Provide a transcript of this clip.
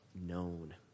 known